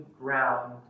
ground